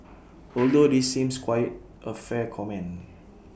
although this seems quite A fair comment